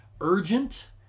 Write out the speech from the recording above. urgent